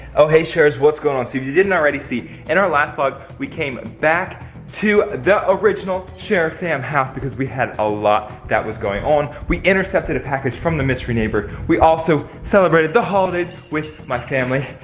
oh hey sharers, what's going on? so if you didn't already see, in our last vlog we came ah back to the original sharer fam house, because we had a lot that was going on. we intercepted a package from the mystery neighbor. we also celebrated the holidays with my family,